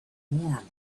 warm